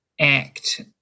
ACT